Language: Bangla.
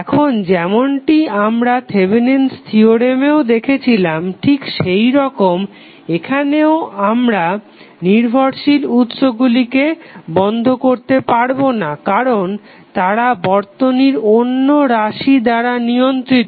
এখন যেমনটি আমরা থেভেনিন থিওরেমেও Thevenins theorem দেখাছিলাম ঠিক সেরকম এখানেও নির্ভরশীল উৎসগুলিকে আমরা বন্ধ করতে পারবো না কারণ তারা বর্তনীর অন্য রাশি দ্বারা নিয়ন্ত্রিত